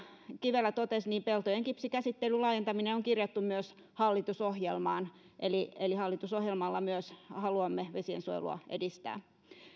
kivelä totesi peltojen kipsikäsittelyn laajentaminen on kirjattu myös hallitusohjelmaan eli eli myös hallitusohjelmalla haluamme vesiensuojelua edistää